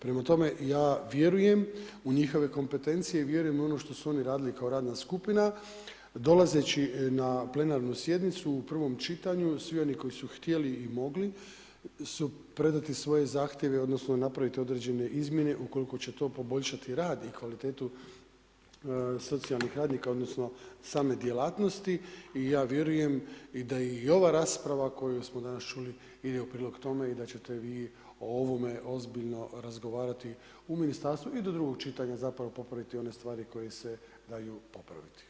Prema tome ja vjerujem u njihove kompetencije i vjerujem u ono što su oni radili ko radna skupina dolazeći na plenarnu sjednicu u prvom čitanju, svi oni koji su htjeli i mogli predati svoje zahtjeve, odnosno napraviti određene izmjene, ukoliko će to poboljšati rad i kvalitetu socijalnih radnika, odnosno same djelatnosti i ja vjerujem da i ova rasprava koju smo danas čuli ide u prilog tome i da ćete vi o ovome ozbiljno razgovarati u ministarstvu i do drugog čitanja zapravo popraviti one stvari koje se daju popraviti.